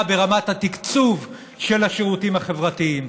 ברמת התקצוב של השירותים החברתיים.